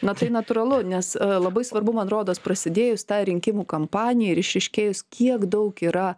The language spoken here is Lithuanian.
na tai natūralu nes labai svarbu man rodos prasidėjus tai rinkimų kampanijai ir išryškėjus kiek daug yra